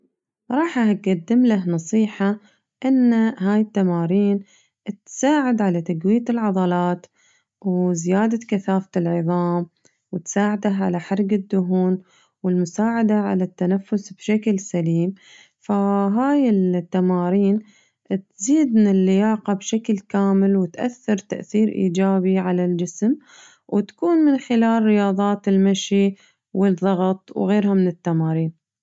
راح أقدمله نصيحة إنه هاي التمارين تساعد على تقوية العضلات وزيادة كثافة العظام وتساعده على حرق الدهون والمساعدة على التنفس بشكل سليم فهاي التمارين تزيد من اللياقة بشكل كامل وتأثر تأثير إيجابي على الجسم وتكون من خلال رياضات المشي والضغط وغيرها من التمارين.